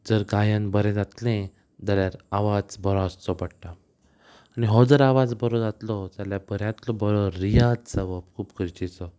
जर गायन बरें जातलें जाल्यार आवाज बरो आसचो पडटा आनी हो जर आवाज बरो जातलो जाल्यार बऱ्यांतलो बरो रियाज जावप खूब गरजेचो